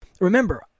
Remember